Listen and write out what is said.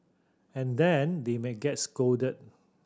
and then they may get scolded